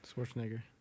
Schwarzenegger